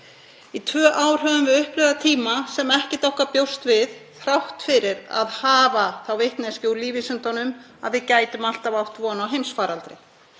Í tvö ár höfum við upplifað tíma sem ekkert okkar bjóst við þrátt fyrir að hafa þá vitneskju úr lífvísindunum að við gætum alltaf átt von á heimsfaraldri.